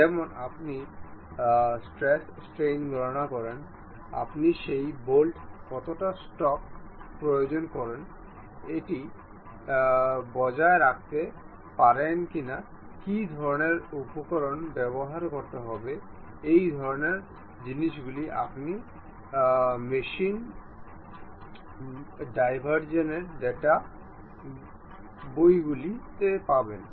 যেমন আপনি stress strain গণনা করেন আপনি সেই বোল্টে কতটা স্টক প্রয়োগ করেন এটি বজায় রাখতে পারে কিনা কী ধরণের উপকরণ ব্যবহার করতে হবে এই ধরণের জিনিসগুলি আপনি মেশিন ডিজাইনের ডেটা বইগুলিতে পাবেন